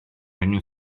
angen